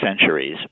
centuries